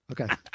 okay